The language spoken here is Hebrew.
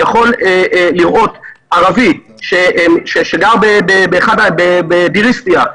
יכול לראות ערבי שגר בדיר איסתיא,